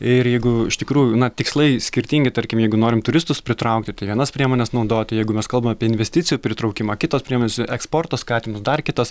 ir jeigu iš tikrųjų tikslai skirtingi tarkim jeigu norim turistus pritraukti tai vienas priemones naudoti jeigu mes kalbam apie investicijų pritraukimą kitos priėmonės eksporto skatinimas dar kitas